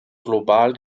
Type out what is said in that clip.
global